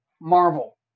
Marvel